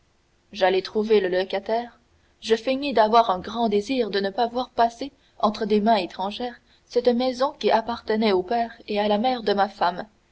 j'allai trouver le locataire je feignis d'avoir un grand désir de ne pas voir passer entre des mains étrangères cette maison qui appartenait au père et à la mère de ma femme